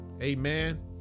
amen